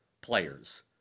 players